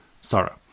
Sarah